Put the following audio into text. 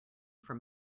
from